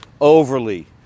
overly